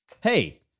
Hey